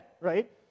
right